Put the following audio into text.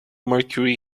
mercury